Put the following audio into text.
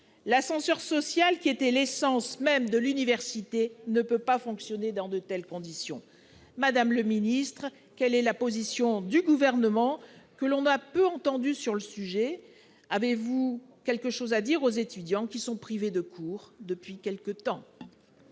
L'ascenseur social, qui était l'essence même de l'université, ne peut pas fonctionner dans de telles conditions. Madame la ministre, quelle est la position du Gouvernement, que l'on a peu entendu sur ce sujet ? Qu'avez-vous à dire aux étudiants qui sont privés de cours depuis quelque temps ?